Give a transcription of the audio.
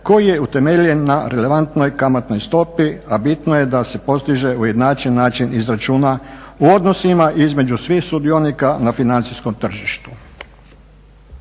stope utemeljen na relevantnoj kamatnoj stopi, a bitno je da se postiže ujednačen način izračuna u odnosima između svih sudionika na financijskom tržištu.